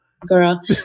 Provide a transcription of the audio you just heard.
Girl